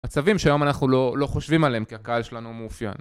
עצבים, שהיום אנחנו לא חושבים עליהם, כי הקהל שלנו מאופיין.